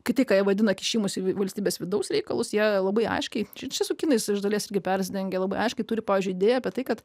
kiti ką vadina kišimusi į valstybės vidaus reikalus jie labai aiškiai čia su kinais iš dalies irgi persidengia labai aiškiai turi pavyzdžiui idėją apie tai kad